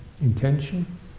intention